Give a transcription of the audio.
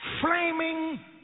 flaming